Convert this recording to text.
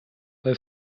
bei